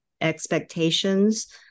expectations